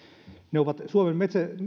suomen